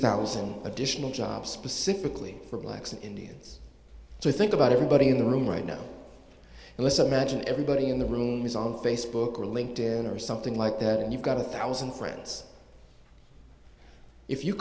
thousand additional jobs specifically for blacks and indians so think about everybody in the room right now listen magine everybody in the room is on facebook or linked in or something like that and you've got a thousand friends if you